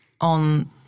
on